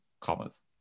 commas